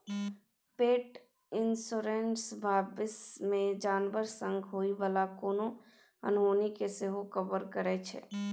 पेट इन्स्योरेन्स भबिस मे जानबर संग होइ बला कोनो अनहोनी केँ सेहो कवर करै छै